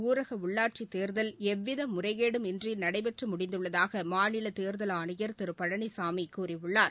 ஊரக உள்ளாட்சித்தேர்தல் எவ்வித முறைகேடும் இன்றி நடைபெற்று முடிந்துள்ளதாக மாநில தேர்தல் ஆணையர் திரு பழனிசாமி கூறியுள்ளார்